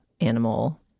animal